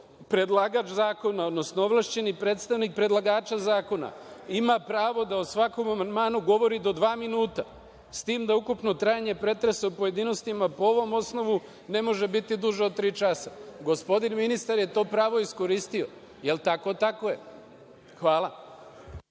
predlagač zakona, odnosno ovlašćeni predstavnik predlagača zakona ima pravo da o svakom amandmanu govori do dva minuta, s tim da ukupno trajanje pretresa u pojedinostima po ovom osnovu ne može biti duže od tri časa. Gospodin ministar je to pravo iskoristio. Da li je tako? Tako je. Hvala.